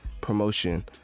promotion